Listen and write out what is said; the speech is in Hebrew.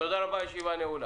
תודה רבה, הישיבה נעולה.